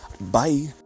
Bye